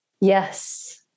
Yes